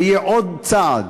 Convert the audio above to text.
זה יהיה עוד צעד